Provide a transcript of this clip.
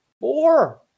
four